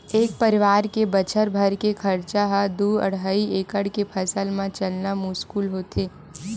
एक परवार के बछर भर के खरचा ह दू अड़हई एकड़ के फसल म चलना मुस्कुल होथे